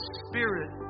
spirit